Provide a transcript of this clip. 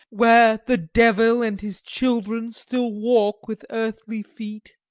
where the devil and his children still walk with earthly feet!